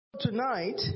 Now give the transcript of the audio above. Tonight